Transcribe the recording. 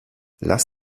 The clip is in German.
lass